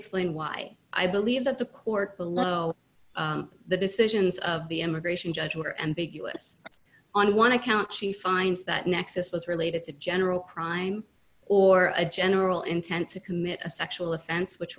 explain why i believe that the court below the decisions of the immigration judge were ambiguous and one account she finds that nexus was related to general crime or a general intent to commit a sexual offense which